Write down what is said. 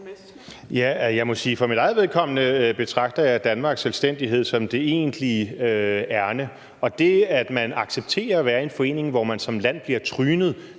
Jeg må sige, at jeg for mit eget vedkommende betragter Danmarks selvstændighed som det egentlige ærinde. Og det, at man accepterer at være en i forening, hvor man som land bliver trynet,